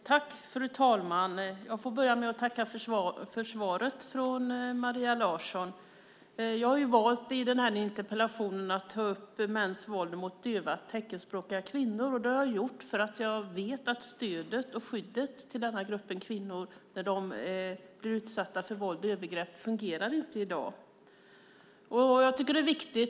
Fru talman! Låt mig börja med att tacka Maria Larsson för svaret. Jag har i denna interpellation valt att ta upp mäns våld mot döva teckenspråkiga kvinnor. Det har jag gjort för att jag vet att stödet och skyddet för den gruppen kvinnor, när de blir utsatta för våld och övergrepp, inte fungerar i dag.